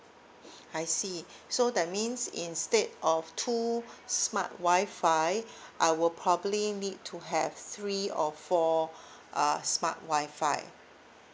I see so that means instead of two smart Wi-Fi I will probably need to have three or four uh smart Wi-Fi